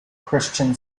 christian